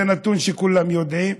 זה נתון שכולם יודעים.